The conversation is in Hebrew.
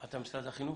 אתה משרד החינוך?